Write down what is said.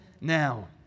now